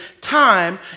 time